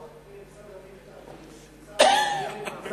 מתנהל ויכוח בין משרד הפנים למשרד האוצר,